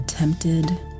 Attempted